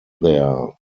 there